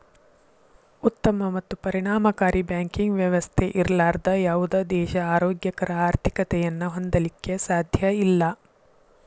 ಉತ್ತಮ ಮತ್ತು ಪರಿಣಾಮಕಾರಿ ಬ್ಯಾಂಕಿಂಗ್ ವ್ಯವಸ್ಥೆ ಇರ್ಲಾರ್ದ ಯಾವುದ ದೇಶಾ ಆರೋಗ್ಯಕರ ಆರ್ಥಿಕತೆಯನ್ನ ಹೊಂದಲಿಕ್ಕೆ ಸಾಧ್ಯಇಲ್ಲಾ